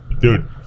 Dude